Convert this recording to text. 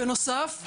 בנוסף,